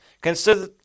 Consider